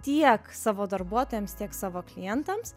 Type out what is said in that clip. tiek savo darbuotojams tiek savo klientams